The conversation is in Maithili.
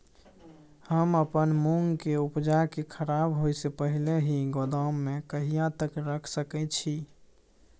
हम अपन मूंग के उपजा के खराब होय से पहिले ही गोदाम में कहिया तक रख सके छी?